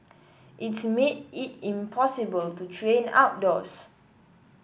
it's made it impossible to train outdoors